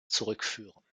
zurückführen